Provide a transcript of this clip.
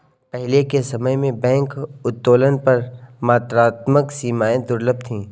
पहले के समय में बैंक उत्तोलन पर मात्रात्मक सीमाएं दुर्लभ थीं